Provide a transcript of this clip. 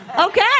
okay